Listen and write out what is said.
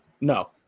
No